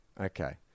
Okay